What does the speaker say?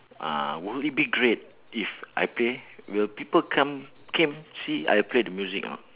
uh wouldn't it be great if I play will people come came see I play the music or not